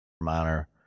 minor